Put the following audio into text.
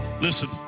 Listen